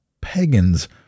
pagans